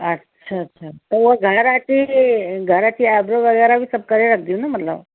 अच्छा अच्छा त उहा घरु अची त घरु अची आई ब्रो वग़ैरह बि करे रखंदियूं बि मतलबु